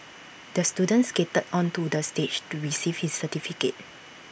the student skated onto the stage to receive his certificate